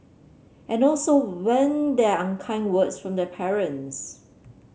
and also when there are unkind words from the parents